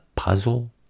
Puzzle